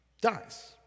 dies